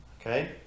Okay